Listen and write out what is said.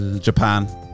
Japan